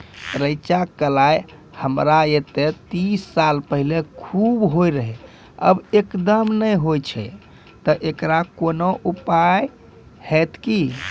रेचा, कलाय हमरा येते तीस साल पहले खूब होय रहें, अब एकदम नैय होय छैय तऽ एकरऽ कोनो उपाय हेते कि?